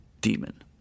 Demon